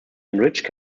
enriched